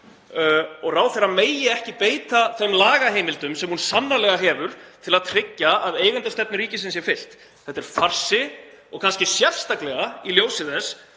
og ráðherra megi ekki beita þeim lagaheimildum sem hún sannarlega hefur til að tryggja að eigendastefnu ríkisins sé fylgt? Þetta er farsi og kannski sérstaklega í ljósi þess